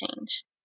change